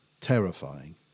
terrifying